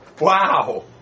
Wow